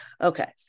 okay